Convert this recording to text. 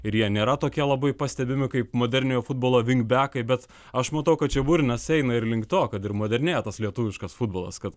ir jie nėra tokie labai pastebimi kaip moderniojo futbolo vingbekai bet aš matau kad čia burnas eina ir link to kad ir modernėja tas lietuviškas futbolas kad